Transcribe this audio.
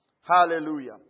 Hallelujah